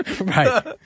Right